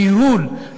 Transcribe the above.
הניהול,